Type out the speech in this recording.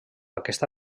aquesta